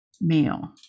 male